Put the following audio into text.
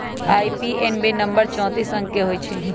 IBAN number चौतीस अंक के होइ छइ